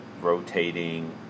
rotating